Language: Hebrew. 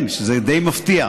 כן, זה די מפתיע.